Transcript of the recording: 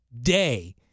day